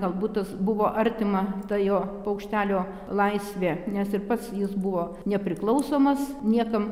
galbūt tas buvo artima ta jo paukštelio laisvė nes ir pats jis buvo nepriklausomas niekam